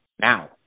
now